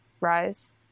Rise